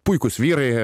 puikūs vyrai